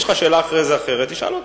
יש לך אחרי זה שאלה אחרת, תשאל אותו.